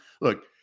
look